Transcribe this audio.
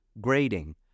grading